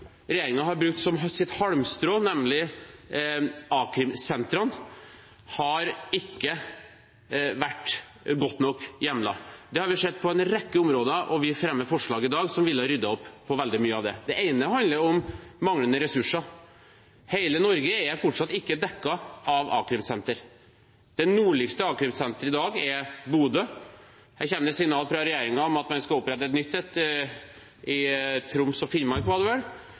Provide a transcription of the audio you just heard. har brukt som sitt halmstrå, nemlig a-krimsentrene, har ikke vært godt nok hjemlet. Det har vi sett på en rekke områder, og vi fremmer i dag forslag som ville ryddet opp i veldig mye av det. Det ene handler om manglende ressurser. Hele Norge er fortsatt ikke dekket av a-krimsentre. Det nordligste a-krimsenteret er i dag i Bodø. Det kommer signaler fra regjeringen om at man skal opprette et nytt i Troms og Finnmark, var det vel,